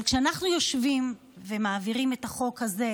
אבל כשאנחנו יושבים ומעבירים את החוק הזה,